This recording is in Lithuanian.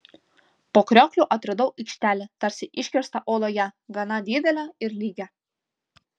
po kriokliu atradau aikštelę tarsi iškirstą uoloje gana didelę ir lygią